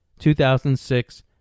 2006